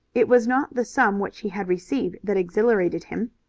it was not the sum which he had received that exhilarated him.